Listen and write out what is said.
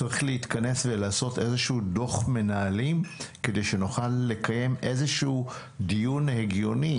צריך להתכנס ולעשות איזשהו דוח מנהלים כדי שנוכל לקיים דיון הגיוני,